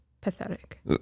pathetic